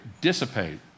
dissipate